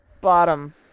bottom